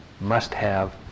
must-have